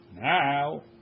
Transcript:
Now